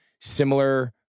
similar